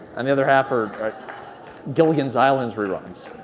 and the other half are gilligan's island reruns.